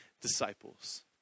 disciples